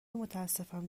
متاسفم